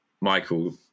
michael